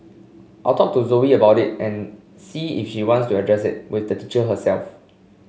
I'll talk to Zoe about it and see if she wants to address it with the teacher herself